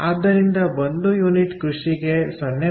ಆದ್ದರಿಂದ 1 ಯುನಿಟ್ ಕೃಷಿಗೆ 0